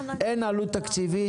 אין עלות תקציבית.